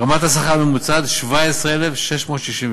רמת השכר הממוצעת: 17,666,